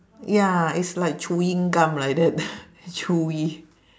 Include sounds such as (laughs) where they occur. ya it's like chewing gum like that (laughs) chewy